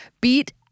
Beat